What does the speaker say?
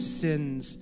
sins